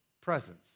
presence